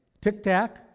Tic-tac